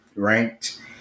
ranked